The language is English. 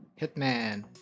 Hitman